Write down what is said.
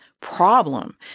problem